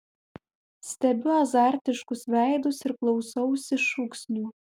stebiu azartiškus veidus ir klausausi šūksnių